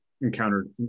encountered